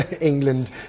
England